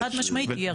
חד משמעית יהיה רצף.